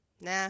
Nah